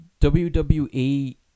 WWE